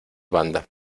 banda